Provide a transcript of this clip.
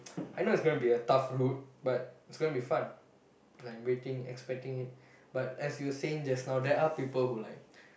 I know is going to be a tough route but it's going to be fun and I am waiting expecting it but as you saying just now there are people who like